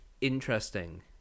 interesting